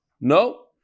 No